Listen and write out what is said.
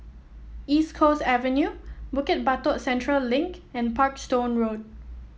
East Coast Avenue Bukit Batok Central Link and Parkstone Road